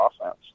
offense